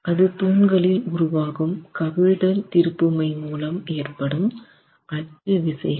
அது தூண்களில் உருவாகும் கவிழ்தல்திருப்புமை மூலம் ஏற்படும் அச்சு விசைகள்